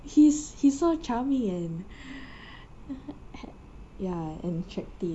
he's he's so charming and ya and attractive